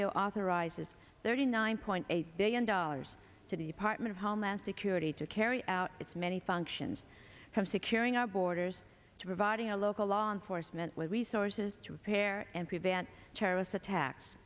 bill authorizes thirty nine point eight billion dollars to department of homeland security to carry out its many functions from securing our borders to providing a local law enforcement with resources to repair and prevent terrorist attacks